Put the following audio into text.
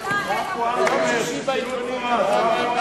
ביום שישי בעיתונים.